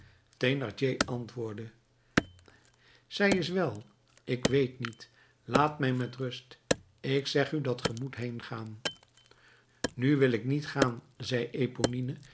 thénardier antwoordde zij is wel ik weet niet laat mij met rust ik zeg u dat ge moet heengaan nu wil ik niet gaan zei